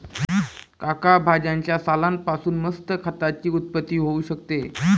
काका भाज्यांच्या सालान पासून मस्त खताची उत्पत्ती होऊ शकते